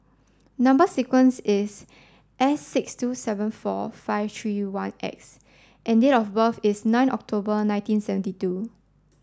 number sequence is S six two seven four five three one X and date of birth is nine October nineteen seventy two